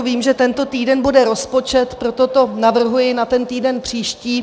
Vím, že tento týden bude rozpočet, proto to navrhuji na týden příští.